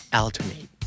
alternate